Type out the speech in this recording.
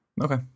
Okay